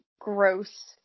gross